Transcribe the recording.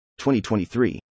2023